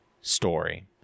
story